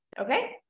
Okay